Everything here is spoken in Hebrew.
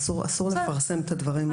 אסור לפרסם את הדברים האלה.